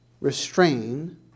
restrain